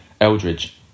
Eldridge